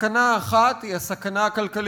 הסכנה האחת היא הסכנה הכלכלית-חברתית.